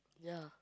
ya